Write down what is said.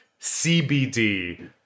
CBD